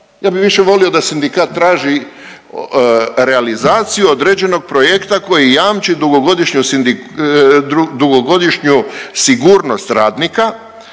ja bi više volio da sindikat traži realizaciju određenog projekta koji jamči dugogodišnju, dugogodišnju sigurnost radnika